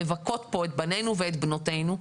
לבכות פה את בנינו ואת בנותינו.